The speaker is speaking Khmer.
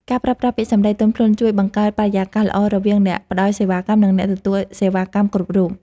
ការប្រើប្រាស់ពាក្យសម្ដីទន់ភ្លន់ជួយបង្កើតបរិយាកាសល្អរវាងអ្នកផ្ដល់សេវាកម្ម និងអ្នកទទួលសេវាកម្មគ្រប់រូប។